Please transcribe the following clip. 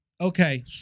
Okay